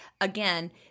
again